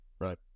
right